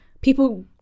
people